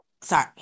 sorry